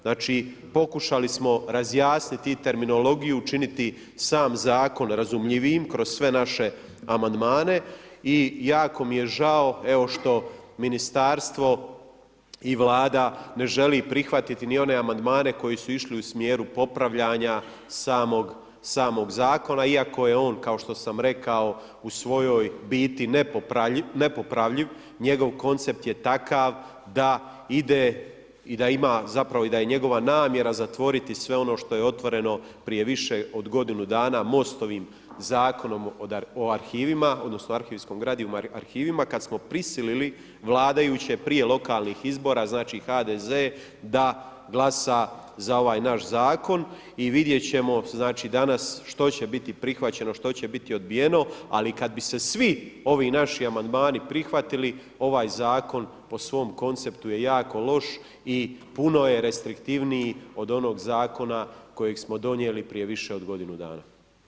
Znači pokušali smo razjasniti i terminologiju, učiniti sam zakon razumljivijim kroz sve naše amandmane i jako mi je žao evo što ministarstvo i Vlada ne želi prihvatiti ni one amandmane koji su išli u smjeru popravljanja samog zakona iako je on kao što sam rekao, u svojoj biti nepopravljiv, njegov koncept je takav da ide i da je njegova namjera zatvoriti sve ono što je otvoreno prije više od godinu dana MOST-ovim Zakonom o arhivima odnosno o arhivskom gradivu u arhivima kad smo prisilili vladajuće prije lokalnih izbora, znači HDZ da glasa za ovaj naš zakon i vidjet ćemo danas što će biti prihvaćeno, što će biti odbijeno ali kad bi se svi ovi naši amandmani prihvatili, ovaj zakon po svom konceptu je jako loši i puno je restriktivniji od onog zakona kojeg smo donijeli prije više od godinu dana.